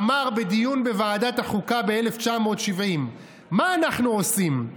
אמר בדיון בוועדת החוקה בשנת 1970: "מה אנחנו עושים?